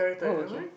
uh okay